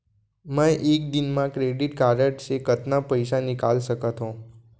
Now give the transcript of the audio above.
मैं एक दिन म क्रेडिट कारड से कतना पइसा निकाल सकत हो?